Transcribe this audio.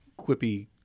quippy